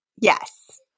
Yes